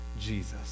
Jesus